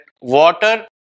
water